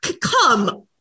come